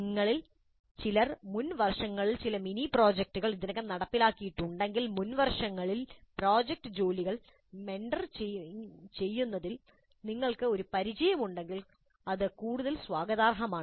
നിങ്ങളിൽ ചിലർ മുൻ വർഷങ്ങളിൽ ചില മിനി പ്രോജക്റ്റുകൾ ഇതിനകം നടപ്പിലാക്കിയിട്ടുണ്ടെങ്കിൽ മുൻ വർഷങ്ങളിൽ പ്രോജക്റ്റ് ജോലികൾ മെന്ററിംഗ് ചെയ്യുന്നതിൽ നിങ്ങൾക്ക് ഒരു പരിചയമുണ്ടെങ്കിൽ അത് കൂടുതൽ സ്വാഗതാർഹമാണ്